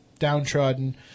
Downtrodden